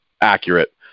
accurate